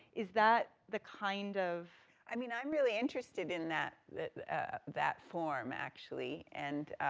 is that the kind of i mean, i'm really interested in that, that that form, actually, and